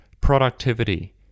productivity